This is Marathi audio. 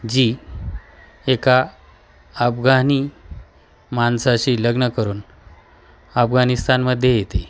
जी एका अफगानी माणसाशी लग्न करून अफगानिस्तानमध्ये येते